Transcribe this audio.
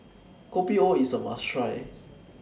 Kopi O IS A must Try